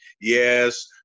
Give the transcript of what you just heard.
Yes